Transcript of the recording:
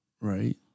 Right